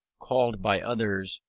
called by others,